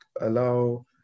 allow